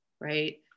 right